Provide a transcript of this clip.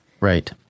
Right